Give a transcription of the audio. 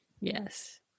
Yes